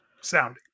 sounding